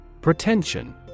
Pretension